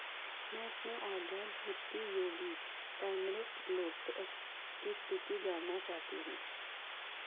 मैं अपने order Nutty Yogi turmeric की स्थिति जानना चाहती हूँ